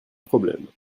problèmes